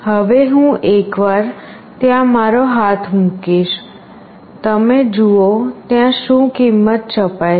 હવે હું એક વાર ત્યાં મારો હાથ મૂકીશ તમે જુઓ ત્યાં શું કિંમત છપાય છે